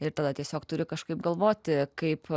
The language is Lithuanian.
ir pila tiesiog turi kažkaip galvoti kaip